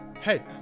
Hey